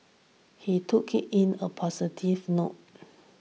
he took in a positive note